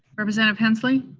representative hensley?